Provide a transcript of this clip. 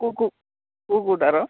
କେଉଁ କେଉଁ କେଉଁ କେଉଁଟାର